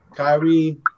Kyrie